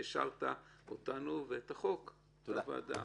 שהעשרת אותנו ואת החוק בו בוועדה.